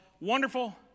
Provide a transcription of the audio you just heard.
Wonderful